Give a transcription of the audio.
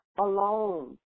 alone